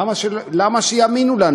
למה שיאמינו לנו,